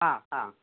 आं हां